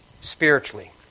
spiritually